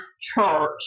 church